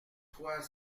trois